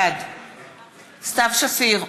בעד סתיו שפיר,